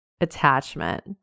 attachment